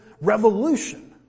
revolution